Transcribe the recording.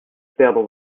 perdre